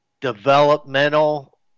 developmental